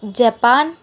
Japan